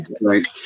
Right